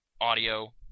audio